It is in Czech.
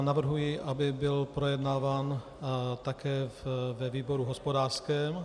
Navrhuji, aby byl projednáván také ve výboru hospodářském.